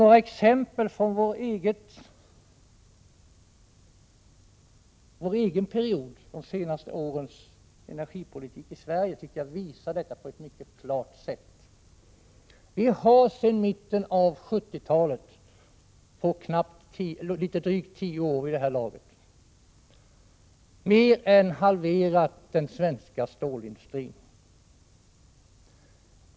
Några exempel från vår egen period, de senaste årens energipolitik i Sverige, tycker jag visar detta på ett mycket klart sätt. Sedan mitten av 1970-talet, på drygt tio år, har vi mer än halverat den svenska stålindustrin.